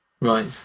Right